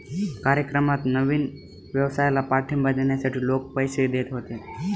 कार्यक्रमात नवीन व्यवसायाला पाठिंबा देण्यासाठी लोक पैसे देत होते